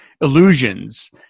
illusions